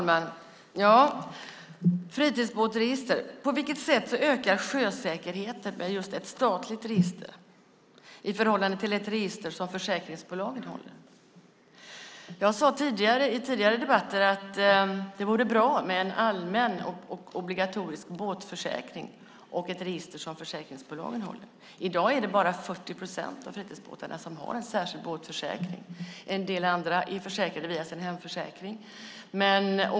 Herr talman! På vilket sätt ökar sjösäkerhet med just ett statligt register i förhållande till ett register som försäkringsbolagen håller i? I tidigare debatter har jag sagt att det vore bra med en allmän och obligatorisk båtförsäkring och ett register som försäkringsbolagen håller i. I dag är det bara 40 procent av fritidsbåtarna som har en särskild båtförsäkring. En del har sin båt försäkrad via hemförsäkringen.